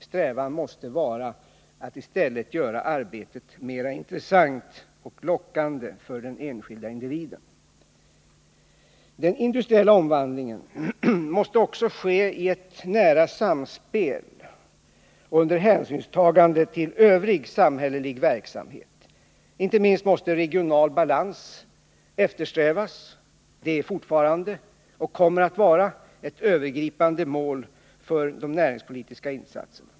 Strävan måste vara att i stället göra arbetet mera intressant och lockande för den enskilda individen. Den industriella omvandlingen måste också ske i ett nära samspel och under hänsynstagande till övrig samhällelig verksamhet. Inte minst måste regional balans eftersträvas. Det är fortfarande och kommer att vara ett övergripande mål för de näringspolitiska insatserna.